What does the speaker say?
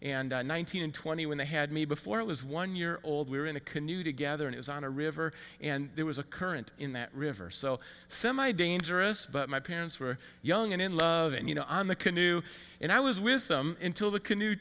thousand and twenty when they had me before it was one year old we were in a canoe together and is on a river and there was a current in that river so semi dangerous but my parents were young and in love and you know on the canoe and i was with them until the canoe